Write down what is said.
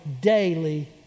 daily